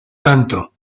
tanto